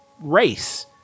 race